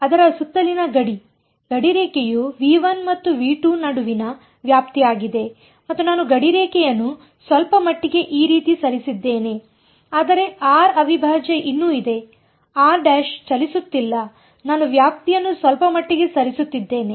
ಅದರ ಸುತ್ತಲಿನ ಗಡಿ ಗಡಿರೇಖೆಯು ಮತ್ತು ನಡುವಿನ ವ್ಯಾಪ್ತಿಯಾಗಿದೆ ಮತ್ತು ನಾನು ಗಡಿರೇಖೆಯನ್ನು ಸ್ವಲ್ಪಮಟ್ಟಿಗೆ ಈ ರೀತಿ ಸರಿಸಿದ್ದೇನೆ ಆದರೆ r ಅವಿಭಾಜ್ಯ ಇನ್ನೂ ಇದೆ ಚಲಿಸುತ್ತಿಲ್ಲ ನಾನು ವ್ಯಾಪ್ತಿಯನ್ನು ಸ್ವಲ್ಪಮಟ್ಟಿಗೆ ಸರಿಸುತ್ತಿದ್ದೇನೆ